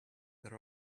there